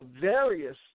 various